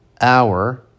hour